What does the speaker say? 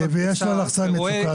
ויש לה לחצן מצוקה,